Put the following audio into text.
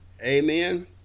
amen